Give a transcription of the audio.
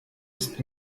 ist